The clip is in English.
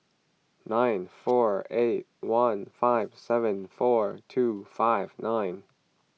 nine four eight one five seven four two five nine